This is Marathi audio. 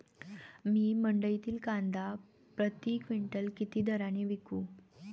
मी मंडईतील कांदा प्रति क्विंटल किती दराने विकू?